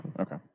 okay